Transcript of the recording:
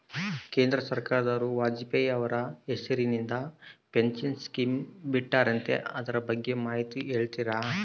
ಕೇಂದ್ರ ಸರ್ಕಾರದವರು ವಾಜಪೇಯಿ ಅವರ ಹೆಸರಿಂದ ಪೆನ್ಶನ್ ಸ್ಕೇಮ್ ಬಿಟ್ಟಾರಂತೆ ಅದರ ಬಗ್ಗೆ ಮಾಹಿತಿ ಹೇಳ್ತೇರಾ?